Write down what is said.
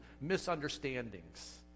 misunderstandings